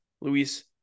Luis